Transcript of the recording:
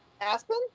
Aspen